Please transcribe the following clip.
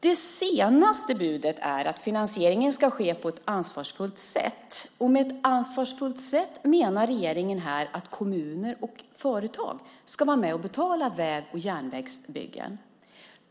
Det senaste budet är att finansieringen ska ske på ett ansvarsfullt sätt. Med ett ansvarsfullt sätt menar regeringen här att kommuner och företag ska vara med och betala väg och järnvägsbyggen.